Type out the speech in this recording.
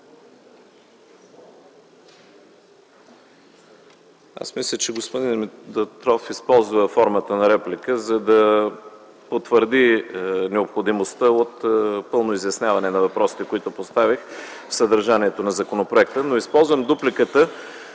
Аз мисля, че господин Димитров използва формата на реплика, за да потвърди необходимостта от пълно изясняване на въпросите, които поставих за съдържанието на законопроекта. Използвам дупликата